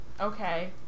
Okay